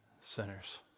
sinners